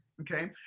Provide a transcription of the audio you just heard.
okay